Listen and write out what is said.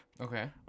okay